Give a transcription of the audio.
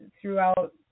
throughout